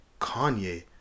Kanye